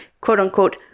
quote-unquote